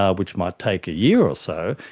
ah which might take a year or so,